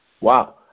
Wow